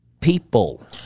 people